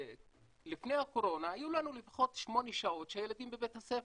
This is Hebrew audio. לפני הקורונה היו לנו לפחות שמונה שעות שהילדים בבית הספר.